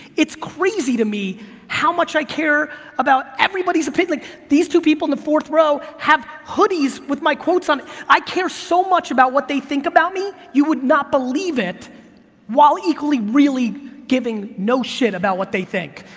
it's crazy to me how much i care about everybody's opinion, like these two people in the fourth row have hoodies with my quotes on, i care so much about what they think about me, you would not believe, while equally really giving no shit about what they think.